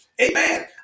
Amen